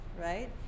right